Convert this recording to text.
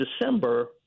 December